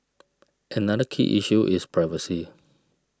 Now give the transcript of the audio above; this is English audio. another key issue is privacy